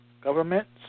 governments